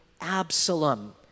Absalom